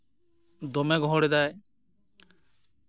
ᱫᱚᱢᱮ ᱜᱚᱦᱚᱲᱮᱫᱟᱭ